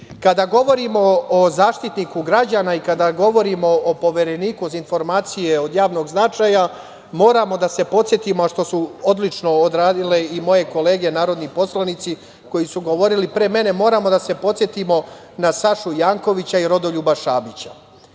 govorimo o Zaštitniku građana i kada govorimo o Povereniku za informacije od javnog značaja, moramo da se podsetimo, što su odlično odradile i moje kolege narodni poslanici, koji su govorili pre mene, moramo da se podsetimo na Sašu Jankovića i Rodoljuba